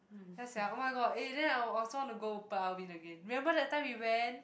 ya sia oh-my-god eh then I'll also want to go but I'll win again remember that time we went